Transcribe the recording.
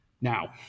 Now